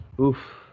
Oof